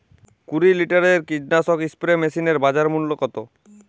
কুরি লিটারের কীটনাশক স্প্রে মেশিনের বাজার মূল্য কতো?